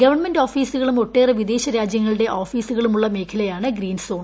government ഓഫീസുകളും ഒട്ടേറെ വിദേശ രാജ്യങ്ങളുടെ ഓഫീസുകളുമുള്ള മേഖലയാണ് ഗ്രീൻസോൺ